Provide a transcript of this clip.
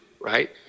right